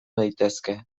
daitezke